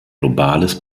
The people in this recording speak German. globales